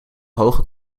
hoge